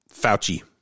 Fauci